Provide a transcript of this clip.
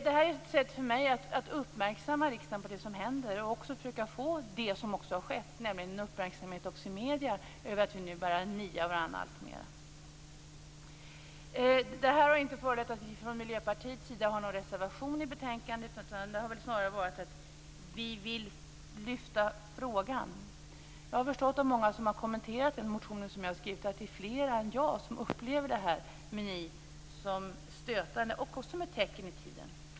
Detta är ett sätt för mig att uppmärksamma riksdagen på det som händer, nämligen att det har uppmärksammats också i medierna att vi nu börjar nia varandra alltmer. Frågan har inte föranlett någon reservation i betänkandet från Miljöpartiets sida, utan vi vill snarare lyfta fram frågan. Jag har förstått av många som har kommenterat min motion att det är fler än jag som upplever detta med ni som stötande och som ett tecken i tiden.